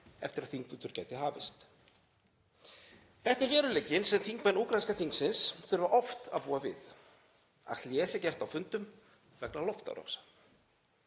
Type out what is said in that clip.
eftir að þingfundur gæti hafist. Þetta er veruleikinn sem þingmenn úkraínska þingsins þurfa oft að búa við, að hlé sé gert á fundum vegna loftárása.